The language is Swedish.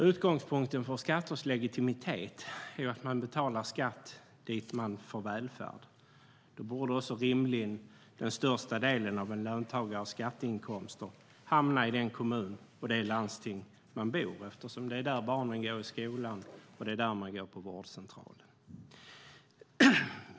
Utgångspunkten för skatters legitimitet är att man betalar skatt till det ställe som man får sin välfärd ifrån. Då borde rimligen den allra största delen av en löntagares skatteinkomster hamna i den kommun och i det landsting där man bor. Det är där barnen går i skolan, och det är där man går på vårdcentralen.